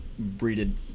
breeded